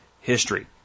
history